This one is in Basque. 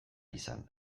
izan